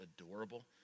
adorable